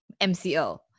MCO